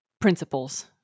principles